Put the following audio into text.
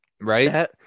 Right